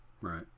Right